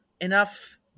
enough